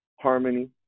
harmony